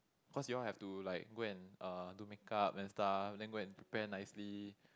cause you all have to like go and uh do make-up and stuff then go and prepare nicely